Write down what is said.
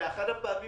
באחת הפעמים